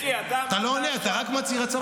אתה לא עונה, אתה רק מצהיר הצהרות.